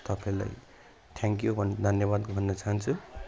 तपाईँलाई थ्याङ्क्यु भन् धन्यवाद भन्न चाहन्छु